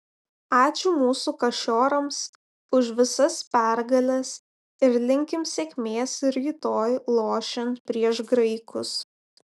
ačiū mūsų kašiorams už visas pergales ir linkim sėkmės rytoj lošiant prieš graikus